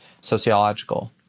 sociological